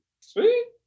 Sweet